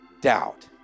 Doubt